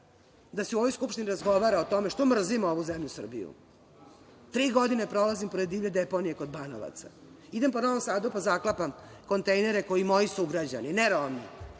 da se u ovoj Skupštini razgovara o tome što mrzimo ovu zemlju Srbiju. Tri godine prolazim pored divlje deponije kod Banovaca, idem po Novom Sadu pa zaklapam kontejnere koje moji sugrađani, ne Romi,